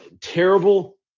terrible